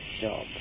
job